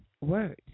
words